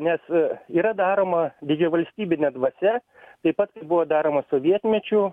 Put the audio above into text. nes yra daroma didžiavalstybinė dvasia taip pat buvo daroma sovietmečiu